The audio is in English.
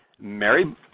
Mary